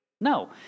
No